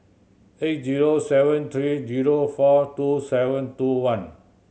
eight zero seven three zero four two seven two one